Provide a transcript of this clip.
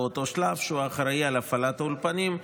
שבאותו שלב הוא האחראי להפעלת האולפנים,